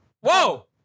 whoa